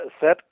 set